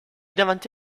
davanti